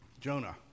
Jonah